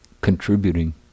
contributing